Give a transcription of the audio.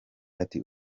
ati